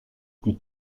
plus